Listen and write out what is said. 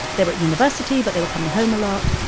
they were at university, but they were coming home a lot.